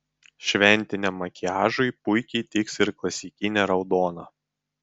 šventiniam makiažui puikiai tiks ir klasikinė raudona